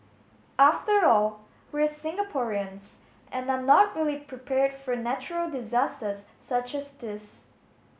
after all we're Singaporeans and are not really prepared for natural disasters such as this